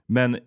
Men